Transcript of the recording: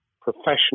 professional